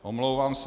Omlouvám se.